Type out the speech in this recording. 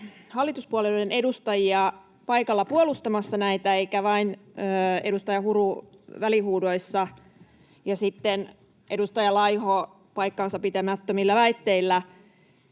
hallituspuolueiden edustajia paikalla puolustamassa näitä eikä vain edustaja Huru välihuudoissa ja sitten edustaja Laiho paikkansapitämättömillä väitteillä.